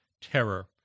terror